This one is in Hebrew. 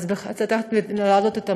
אז בצד אחד, להעלות את המודעות.